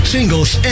Singles